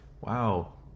Wow